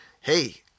hey